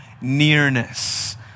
nearness